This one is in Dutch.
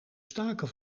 staken